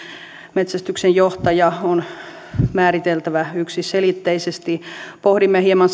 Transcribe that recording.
metsästyksen johtaja on määriteltävä yksiselitteisesti pohdimme hieman